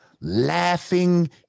Laughing